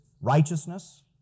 righteousness